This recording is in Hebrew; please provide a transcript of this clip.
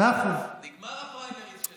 נגמרו הפריימריז שלכם.